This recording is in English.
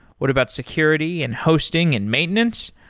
what about security and hosting and maintenance?